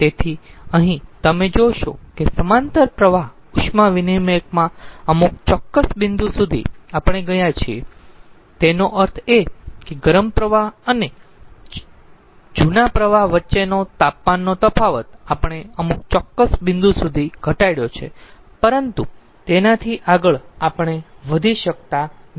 તેથીઅહીં તમે જોશો કે સમાંતર પ્રવાહ ઉષ્મા વિનીમયકમાં અમુક ચોક્કસ બિંદુ સુધી આપણે ગયા છીએ તેનો અર્થ એ કે ગરમ પ્રવાહ અને જૂના પ્રવાહ વચ્ચેનો તાપમાનનો તફાવત આપણે અમુક ચોક્કસ બિંદુ સુધી ઘટાડ્યો છે પરંતુ તેનાથી આગળ આપણે વધી શકતા નથી